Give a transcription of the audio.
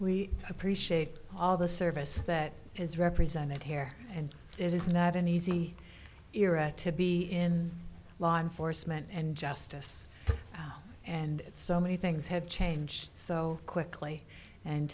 we appreciate all the service that is represented here and it is not an easy era to be in law enforcement and justice and so many things have changed so quickly and